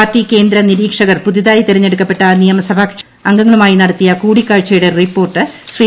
party കേന്ദ്ര നിരീക്ഷകർ പുതിയതായി തെരഞ്ഞെടുക്കപ്പെട്ട നിയമസഭ കക്ഷി അംഗങ്ങളുമായി നടത്തിയ കൂടിക്കാഴ്ചയുടെ റിപ്പോർട്ട് ശ്രീ